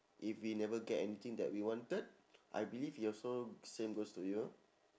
if we never get anything that we wanted I believe you also same goes to you